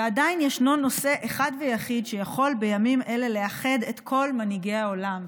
ועדיין יש נושא אחד ויחיד שיכול בימים אלה לאחד את כל מנהיגי העולם,